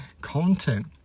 content